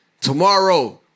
Tomorrow